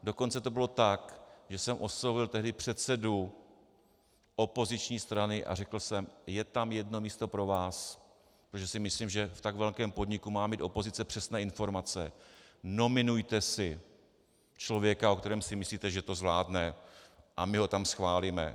Dokonce to bylo tak, že jsem oslovil tehdy předsedu opoziční strany a řekl jsem: je tam jedno místo pro vás, protože si myslím, že v tak velkém podniku má mít opozice přesné informace, nominujte si člověka, o kterém si myslíte, že to zvládne, a my ho tam schválíme.